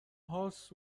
هاست